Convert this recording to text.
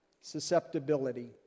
susceptibility